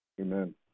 Amen